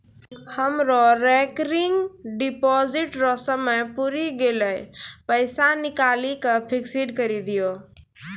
हमरो recurring deposit रो समय पुरी गेलै पैसा निकालि के फिक्स्ड करी दहो